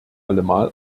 allemal